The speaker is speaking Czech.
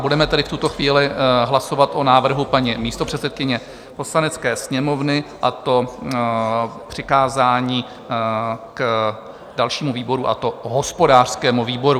Budeme tedy v tuto chvíli hlasovat o návrhu paní místopředsedkyně Poslanecké sněmovny, a to přikázání dalšímu výboru, a to hospodářskému výboru.